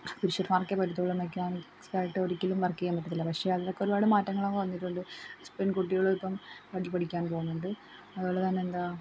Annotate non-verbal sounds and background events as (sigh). പുരുഷന്മാർക്കേ പറ്റത്തുളളൂ എന്നൊക്കെയാണ് (unintelligible) വർക്ക് ചെയ്യാൻ പറ്റത്തില്ല പക്ഷേ അതിനൊക്കെ ഒരുപാട് മാറ്റങ്ങളൊക്ക വന്നിട്ടുണ്ട് പെൺകുട്ടികളും ഇപ്പം വണ്ടി പഠിക്കാൻ പോകുന്നുണ്ട് അതുപോലെ തന്നെ എന്താണ്